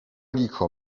licho